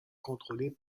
contrôlées